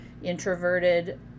introverted